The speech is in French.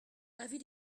avis